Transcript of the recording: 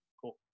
cool